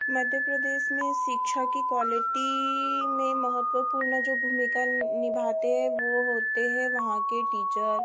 मध्य प्रदेश में शिक्षा की क्वालिटी में महत्वपूर्ण जो भूमिका निभाते हैं वह होते हैं वहाँ के टीचर